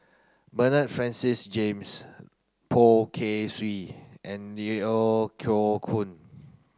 Bernard Francis James Poh Kay Swee and Yeo O Koe Koon